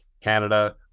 Canada